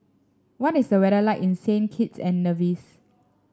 what is the weather like in Saint Kitts and Nevis